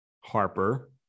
Harper